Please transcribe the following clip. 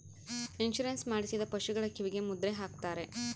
insurance ಮಾಡಿಸಿದ ಪಶುಗಳ ಕಿವಿಗೆ ಮುದ್ರೆ ಹಾಕ್ತಾರೆ